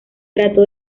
trató